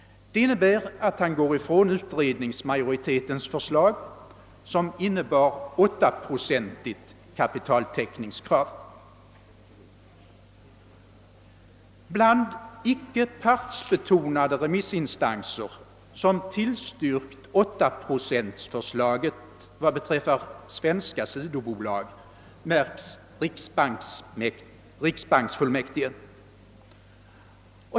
Det innebär att han går ifrån utredningsmajoritetens förslag som innebär ett åttaprocentigt kapitaltäckningskrav. Bland icke partsbetonade remissinstanser som tillstyrkt åttaprocentsförslaget vad beträffar svenska sidobolag märks riksbanksfullmäktige.